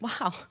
wow